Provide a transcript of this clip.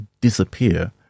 disappear